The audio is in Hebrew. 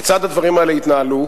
כיצד הדברים האלה יתנהלו,